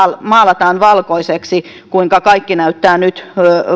maalataan valkoiseksi ja jossa kaikki näyttää nyt